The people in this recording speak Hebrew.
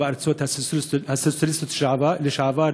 בארצות הסוציאליסטיות לשעבר,